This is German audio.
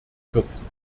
kürzen